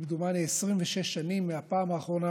כמדומני 26 שנים מהפעם האחרונה